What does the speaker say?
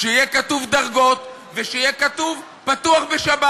שיהיה כתוב דרגות ושיהיה כתוב "פתוח בשבת".